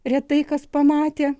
retai kas pamatė